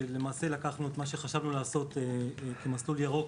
לקחנו את מה שחשבנו להציע כמסלול ירוק